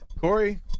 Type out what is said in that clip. Corey